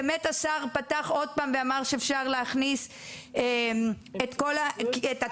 באמת השר פתח עוד פעם ואמר שאפשר להכניס את התופים,